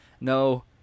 no